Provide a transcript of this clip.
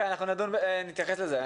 אנחנו נתייחס לזה.